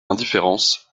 indifférence